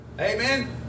Amen